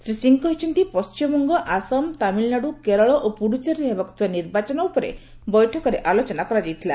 ଶ୍ରୀ ସିଂହ କହିଛନ୍ତି ପଣ୍ଟିମବଙ୍ଗ ଆସାମ ତାମିଲ୍ନାଡୁ କେରଳ ଓ ପୁଡୁଚେରୀରେ ହେବାକୁ ଥିବା ନିର୍ବାଚନ ଉପରେ ବୈଠକରେ ଆଲୋଚନା କରାଯାଇଥିଲା